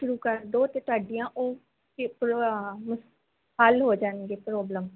ਸ਼ੁਰੂ ਕਰ ਦਿਓ ਅਤੇ ਤੁਹਾਡੀਆਂ ਉਹ ਹੱਲ ਹੋ ਜਾਣਗੀਆਂ ਪ੍ਰੋਬਲਮ